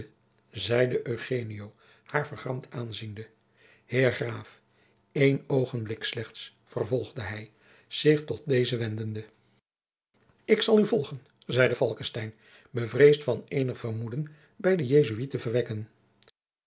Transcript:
haar vergramd aanziende heer graaf een oogenblik slechts vervolgde hij zich tot dezen wendende ik zal u volgen zeide falckestein bevreesd van eenig vermoeden bij den jesuit te verwekken